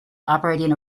operating